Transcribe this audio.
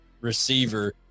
receiver